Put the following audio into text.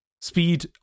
speed